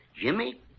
Jimmy